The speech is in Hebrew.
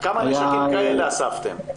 היה -- כמה נשקים כאלה אספתם?